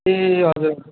ए हजुर हजुर